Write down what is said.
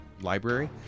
library